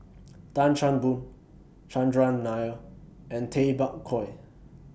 Tan Chan Boon Chandran Nair and Tay Bak Koi